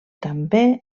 també